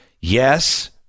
Yes